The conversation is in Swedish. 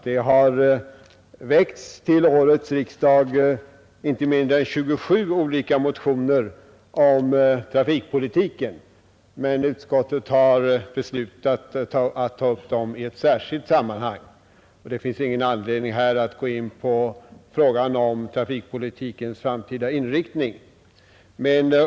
Det har vid årets riksdag väckts inte mindre än 27 olika motioner om trafikpolitiken, men utskottet har beslutat att ta upp dem i ett särskilt sammanhang, och det finns ingen anledning att här gå in på frågan om trafikpolitikens framtida inriktning.